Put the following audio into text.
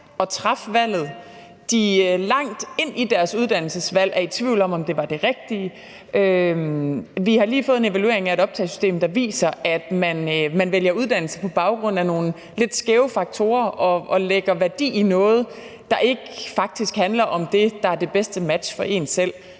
uddannelsesvalg er i tvivl om, om det var det rigtige. Vi har lige fået en evaluering af et optagesystem, der viser, at man vælger uddannelse på baggrund af nogle lidt skæve faktorer og lægger værdi i noget, der faktisk ikke handler om det, der er det bedste match for en selv,